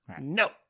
No